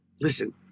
Listen